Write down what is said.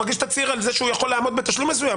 אבל הוא מגיש תצהיר על זה שהוא יכול לעמוד בתשלום מסוים,